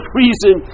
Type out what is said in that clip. reason